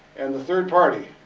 and the third party,